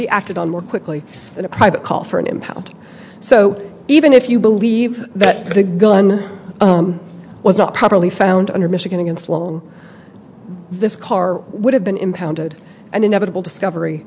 be acted on more quickly than a private call for an impound so even if you believe that the gun was not properly found under michigan and sloan this car would have been impounded and inevitable discovery